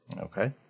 Okay